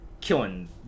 killing